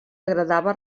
agradava